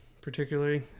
particularly